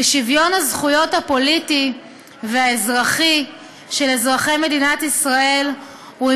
ושוויון הזכויות הפוליטי והאזרחי של אזרחי מדינת ישראל הוא,